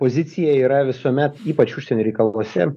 pozicija yra visuomet ypač užsienio reikaluose